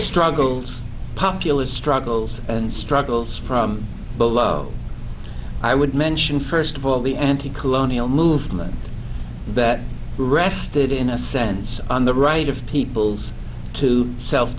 struggles populist struggles and struggles from below i would mention first of all the anti colonial movement that rested in a sense on the right of peoples to self